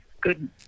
Good